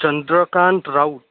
Chandrakant Rau